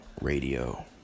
Radio